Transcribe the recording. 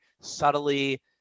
subtly